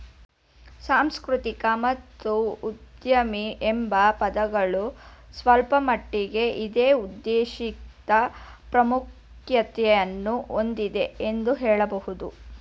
ಸಾಂಸ್ಕೃತಿಕ ಮತ್ತು ಉದ್ಯಮಿ ಎಂಬ ಪದಗಳು ಸ್ವಲ್ಪಮಟ್ಟಿಗೆ ಇದೇ ಉದ್ದೇಶಿತ ಪ್ರಾಮುಖ್ಯತೆಯನ್ನು ಹೊಂದಿದೆ ಎಂದು ಹೇಳಬಹುದು